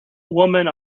woman